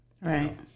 right